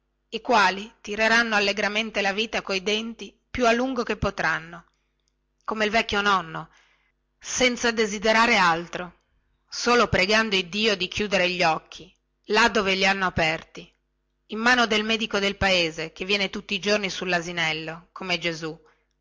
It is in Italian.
i quali tireranno allegramente la vita coi denti più a lungo che potranno come il vecchio nonno senza desiderare altro e se vorranno fare qualche cosa diversamente da lui sarà di chiudere gli occhi là dove li hanno aperti in mano del medico del paese che viene tutti i giorni sullasinello come gesù